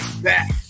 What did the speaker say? back